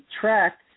track